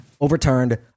overturned